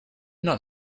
not